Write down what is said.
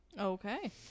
okay